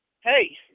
hey